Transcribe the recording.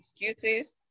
excuses